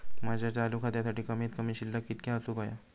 माझ्या चालू खात्यासाठी कमित कमी शिल्लक कितक्या असूक होया?